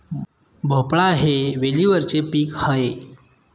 भोपळा हे वेलीवरचे पीक आहे